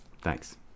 Thanks